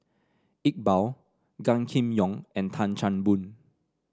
Iqbal Gan Kim Yong and Tan Chan Boon